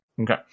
Okay